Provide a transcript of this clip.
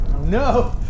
No